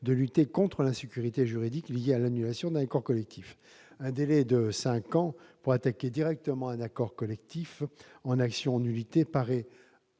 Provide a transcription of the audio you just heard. de lutter contre l'insécurité juridique liée à l'annulation d'un accord collectif. Un délai de cinq ans pour attaquer directement un accord collectif en action en nullité paraît